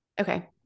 okay